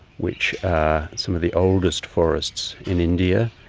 which are some of the oldest forests in india,